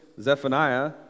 Zephaniah